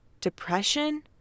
depression